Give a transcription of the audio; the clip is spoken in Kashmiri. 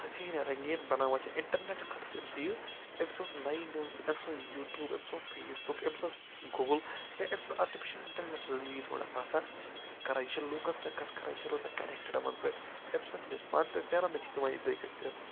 حسیٖن یا رنگیٖن بناوان چھِ انٹرنیٹ خٲطرٕ چھِ أمِس یہِ أمۍ سُنٛد نیہِ نوٕز أمۍ سُنٛد یوٗٹیوٗب أمۍ سُنٛد فیس بُک أمۍ سٕنز گول یا أمۍ سٕنز آرٹیفیشل انٹیلیجنس یہِ تھوڑا آسان کران یہِ چھِ لوٗکَن سۭتۍ کتھٕ کران یہِ چھِ روزان کنکٹڈ یِمَن سۭتۍ امہِ سۭتۍ چھُ یہِ پانہٕ تہِ ژینان بیٚیہِ چھَنہٕ یہِ دوان باقٮ۪ن تہٕ ژینہٕ